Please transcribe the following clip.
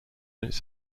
its